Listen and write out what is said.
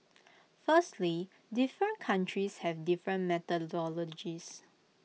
firstly different countries have different methodologies